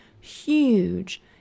huge